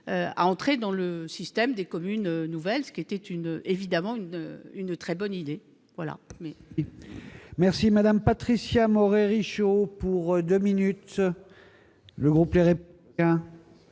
» dans le système des communes nouvelles, ce qui était bien sûr une très bonne idée.